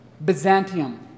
Byzantium